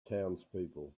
townspeople